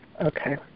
Okay